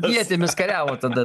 ietimis kariavo tada